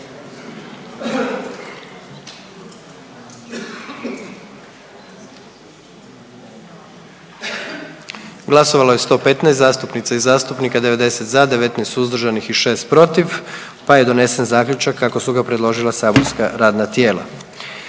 Glasovalo je 121 zastupnica i zastupnik, 114 za i jedan suzdržani i 6 protiv, pa je donesen zaključak kako su ga predložila saborska radna tijela.